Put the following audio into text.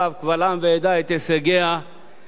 את הישגיה באופן אובייקטיבי.